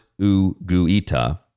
Uguita